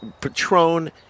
Patron